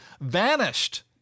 vanished